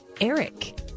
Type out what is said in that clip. ERIC